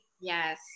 Yes